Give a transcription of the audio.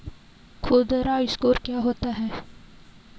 खुदरा स्टोर क्या होता है?